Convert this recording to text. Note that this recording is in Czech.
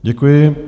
Děkuji.